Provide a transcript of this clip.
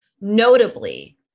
Notably